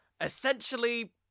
Essentially